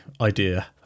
idea